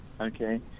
okay